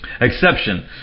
Exception